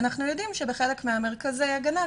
אנחנו יודעים שבחלק ממרכזי ההגנה,